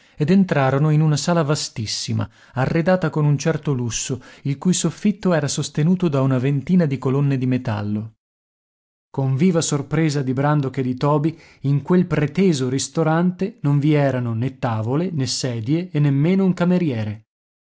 ed entrarono in una sala vastissima arredata con un certo lusso il cui soffitto era sostenuto da una ventina di colonne di metallo con viva sorpresa di brandok e di toby in quel preteso ristorante non vi erano né tavole né sedie e nemmeno un cameriere